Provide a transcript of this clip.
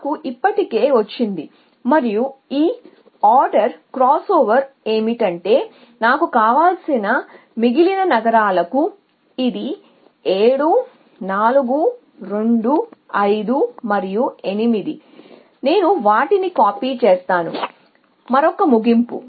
నాకు ఇప్పటికే వచ్చింది మరియు ఈ ఆర్డర్ క్రాస్ఓవర్ ఏమిటంటే నాకు కావలసిన మిగిలిన నగరాలకు ఇది 7 4 2 5 మరియు 8 నేను వాటిని కాపీ చేస్తాను మరొక ముగింపు